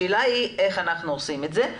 השאלה היא איך אנחנו עושים את זה.